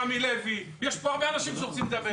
רמי לוי, יש פה הרבה אנשים שרוצים לדבר.